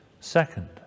Second